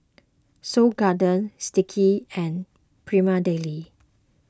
Seoul Garden Sticky and Prima Deli